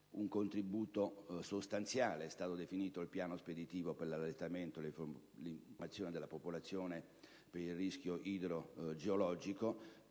un contributo sostanziale. È stato definito il piano speditivo per l'allertamento e l'informazione della popolazione per il rischio idrogeologico,